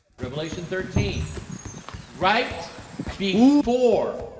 revelation thirteen right before